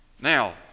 Now